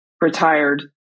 retired